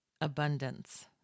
abundance